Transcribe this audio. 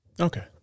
Okay